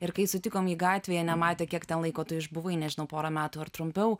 ir kai sutikom jį gatvėje nematę kiek tau laiko tu išbuvai nežinau porą metų ar trumpiau